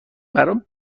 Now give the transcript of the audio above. برام